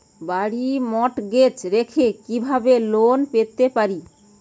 বাড়ি মর্টগেজ রেখে কিভাবে লোন পেতে পারি?